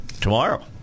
tomorrow